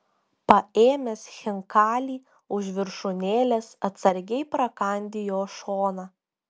paėmęs chinkalį už viršūnėlės atsargiai prakandi jo šoną